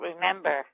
remember